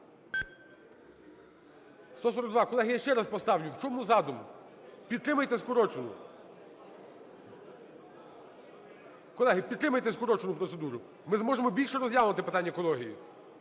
Колеги, я ще раз поставлю. В чому задум? Підтримайте скорочену. Колеги, підтримайте скорочену процедуру, ми зможемо більше розглянути питань екології.